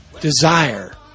desire